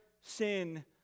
sin